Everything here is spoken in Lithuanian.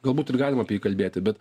galbūt ir galima apie jį kalbėti bet